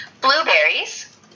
Blueberries